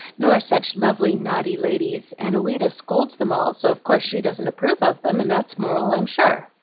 nor such lovely, naughty ladies and ouida scolds them all, so of course she doesn't approve of them, and that's moral, i'm sure.